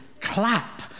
clap